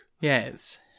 Yes